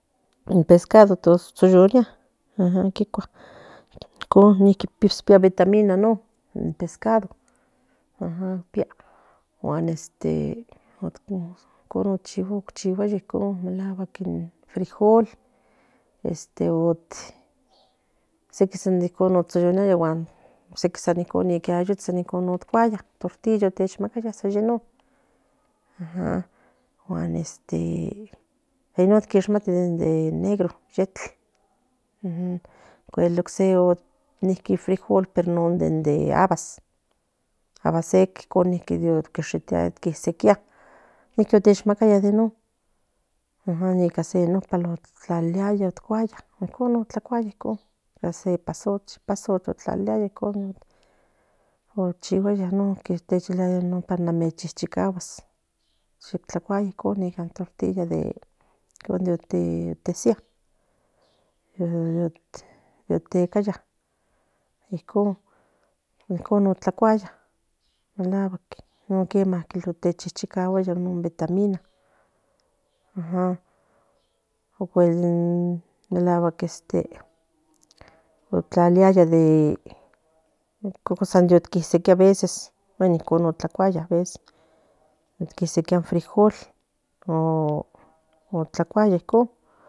In pescado tsoyonia kikuas icon impoanvitamina in pescado guan este icon otsiguaya in frijol sequi san nicon ican ni ayoctsi tortilla non kishmati in frijol negro ocse pero non de abas ava seca tekishitiaya quitsikia ne chekmatia in non tlaliaya icon tlacuaya pasotl clalilaya icon o chiguayi nonpal in chichikaguash tesia tocaya icon tlacuaya melacuatl non quema vitaminas o cuel in melacuatl tlaliaya in kiswkia veces icon tlacuaya in frijol tlacuaya icon